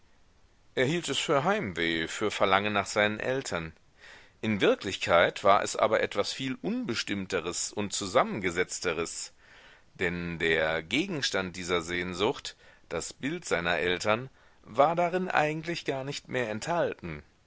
hielt es für heimweh für verlangen nach seinen eltern in wirklichkeit war es aber etwas viel unbestimmteres und zusammengesetzteres denn der gegenstand dieser sehnsucht das bild seiner eltern war darin eigentlich gar nicht mehr enthalten